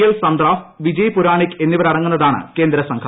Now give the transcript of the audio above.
L സന്ത്രാഫ് വിജയ് പുരാണിക് എന്നിവരടങ്ങുന്നതാണ് കേന്ദ്രസംഘം